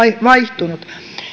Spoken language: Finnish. vaihtunut